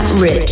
Rich